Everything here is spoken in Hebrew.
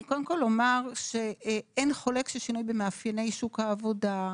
אני קודם כל אומר שאין חולק שיש שינוי במאפייני שוק העבודה,